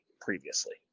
previously